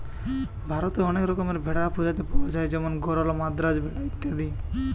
ভারতে অনেক রকমের ভেড়ার প্রজাতি পায়া যায় যেমন গরল, মাদ্রাজ ভেড়া ইত্যাদি